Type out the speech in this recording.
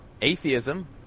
atheism